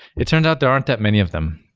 it turned out there aren't that many of them,